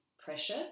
pressure